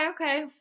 Okay